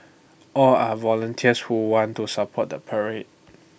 all are volunteers who want to support the parade